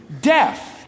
death